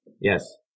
yes